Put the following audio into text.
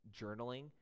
journaling